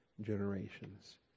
generations